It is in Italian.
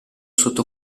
sotto